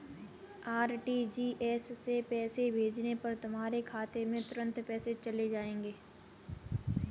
RTGS से पैसे भेजने पर तुम्हारे खाते में तुरंत पैसे चले जाएंगे